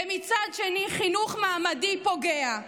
ומצד שני חינוך מעמדי פוגע.